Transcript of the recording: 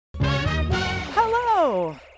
Hello